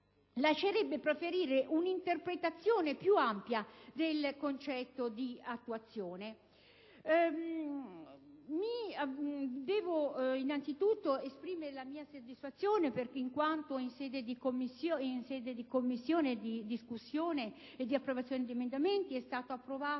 lascerebbe preferire un'interpretazione più ampia del concetto di attuazione. Vorrei esprimere la mia soddisfazione, in quanto in Commissione, in sede di discussione e di approvazione di emendamenti, è stato approvato